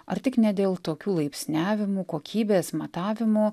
ar tik ne dėl tokių laipsniavimų kokybės matavimų